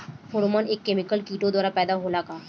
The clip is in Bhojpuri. फेरोमोन एक केमिकल किटो द्वारा पैदा होला का?